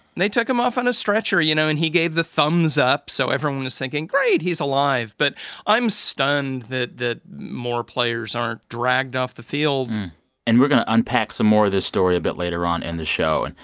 they took him off on a stretcher. you know, and he gave the thumbs up so everyone is thinking, great, he's alive. but i'm stunned that more players aren't dragged off the field and we're going to unpack some more of this story a bit later on in the show. and